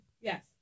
Yes